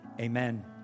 amen